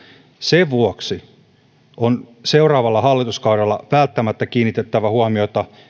sen vuoksi on seuraavalla hallituskaudella välttämättä kiinnitettävä huomiota